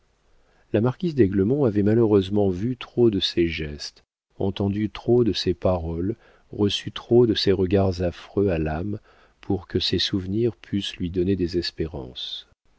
la marquise d'aiglemont avait malheureusement vu trop de ces gestes entendu trop de ces paroles reçu trop de ces regards affreux à l'âme pour que ses souvenirs pussent lui donner des espérances